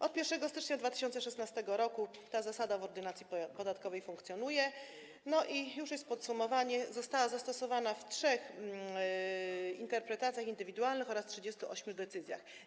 Od 1 stycznia 2016 r. ta zasada w Ordynacji podatkowej funkcjonuje i - już jest podsumowanie - została zastosowana w trzech interpretacjach indywidualnych oraz 38 decyzjach.